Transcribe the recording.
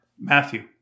Matthew